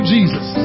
Jesus